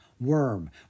Worm